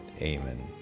Amen